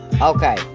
Okay